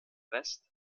west